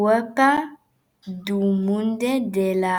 Coupe du monde de la